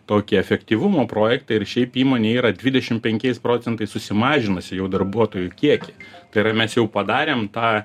tokį efektyvumo projektą ir šiaip įmonė yra dvidešim penkiais procentais susimažinusi jau darbuotojų kiekį tai yra mes jau padarėm tą